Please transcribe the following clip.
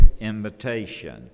Invitation